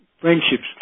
friendships